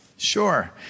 Sure